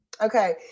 Okay